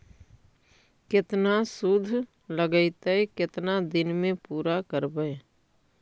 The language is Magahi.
केतना शुद्ध लगतै केतना दिन में पुरा करबैय?